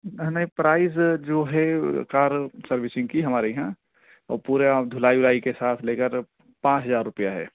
نہیں پرائز جو ہے کار سروسنگ کی ہمارے یہاں وہ پورے آپ دھلائی ولائی کے ساتھ لے کر پانچ ہزار روپیہ ہے